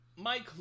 Mike